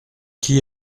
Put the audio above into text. qui